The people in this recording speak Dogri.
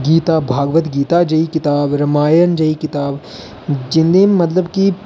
गीता भगवत गीता दी कताब रामायन दी किताब जिं'दे मतलब कि